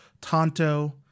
Tonto